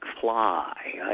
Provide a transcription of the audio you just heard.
fly